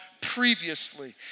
previously